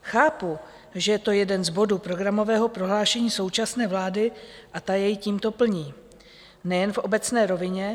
Chápu, že je to jeden z bodů programového prohlášení současné vlády a ta jej tímto plní nejen v obecné rovině.